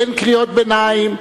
אין קריאות ביניים.